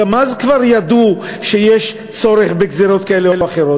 גם אז כבר ידעו שיש צורך בגזירות כאלה או אחרות.